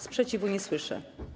Sprzeciwu nie słyszę.